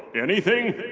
anything?